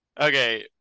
Okay